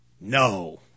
No